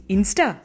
Insta